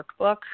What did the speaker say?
Workbook